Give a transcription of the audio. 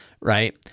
right